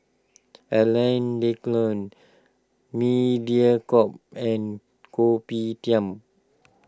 Alain Delon Mediacorp and Kopitiam